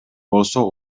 болсо